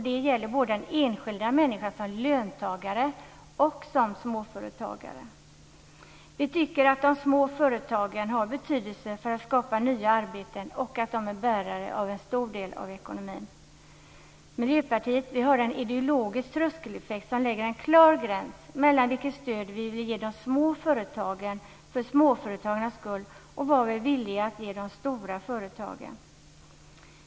Det gäller den enskilda människan både som löntagare och som småföretagare. Vi tycker att de små företagen har betydelse för att skapa nya arbeten och att de är bärare av en stor del av ekonomin. För Miljöpartiet finns en ideologisk tröskeleffekt som sätter upp en klar gräns mellan vilket stöd vi vill ge de små företagen för småföretagarnas skull och vad vi är villiga att ge de stora företagen.